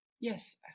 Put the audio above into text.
Yes